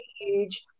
huge